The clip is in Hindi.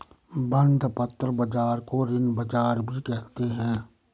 बंधपत्र बाज़ार को ऋण बाज़ार भी कहते हैं